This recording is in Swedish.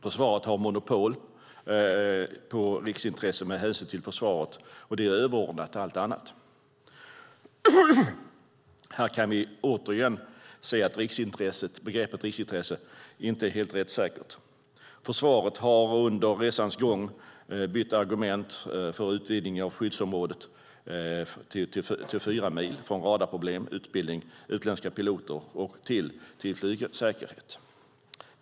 Försvaret har monopol på riksintressen med hänsyn till försvaret, och det är överordnat allt annat. Här kan vi återigen se att begreppet "riksintresse" inte är helt rättssäkert. Försvaret har under resans gång bytt argument för utvidgning av skyddsområdet till 4 mil från radarproblem och utbildning av utländska piloter till flygsäkerhet.